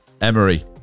Emery